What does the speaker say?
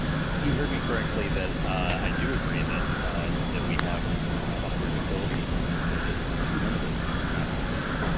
you heard me correctly that i do agree that ah that we have upward mobility that is too limited in the united states.